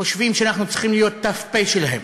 חושבים שאנחנו צריכים להיות ת"פ שלהם.